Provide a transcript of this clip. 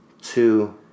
two